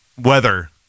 weather